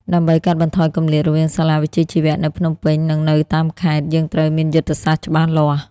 ដើម្បីកាត់បន្ថយគម្លាតរវាងសាលាវិជ្ជាជីវៈនៅភ្នំពេញនិងនៅតាមខេត្ត យើងត្រូវមានយុទ្ធសាស្ត្រច្បាស់លាស់។